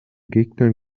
gegnern